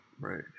Right